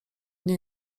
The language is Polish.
nie